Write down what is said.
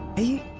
a